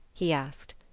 he asked.